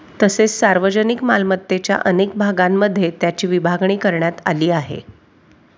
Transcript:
तसेच सार्वजनिक मालमत्तेच्या अनेक भागांमध्ये त्याची विभागणी करण्यात आली आहे